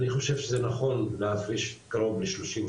אני חושב שזה נכון להפריש קרוב ל- 32%,